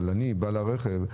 אבל אני בעל הרכב,